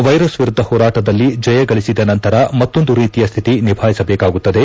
ವ್ಟೆರಸ್ ವಿರುದ್ದ ಹೋರಾಟದಲ್ಲಿ ಜಯಗಳಿಸಿದ ನಂತರ ಮತ್ತೊಂದು ರೀತಿಯ ಶ್ವಿತಿ ನಿಭಾಯಿಸಬೇಕಾಗುತ್ತದೆ